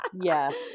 Yes